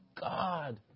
God